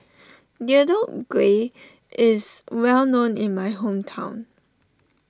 Deodeok Gui is well known in my hometown